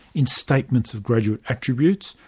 in statements of graduate attributes,